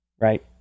Right